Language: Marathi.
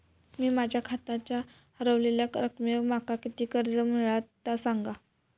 मी माझ्या खात्याच्या ऱ्हवलेल्या रकमेवर माका किती कर्ज मिळात ता सांगा?